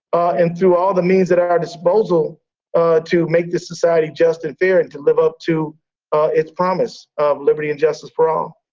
and through all of the means at our disposal ah to make this society just and fair. and to live up to its promise of liberty and justice for all.